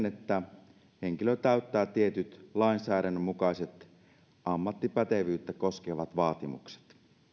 että henkilö täyttää tietyt lainsäädännön mukaiset ammattipätevyyttä koskevat vaatimukset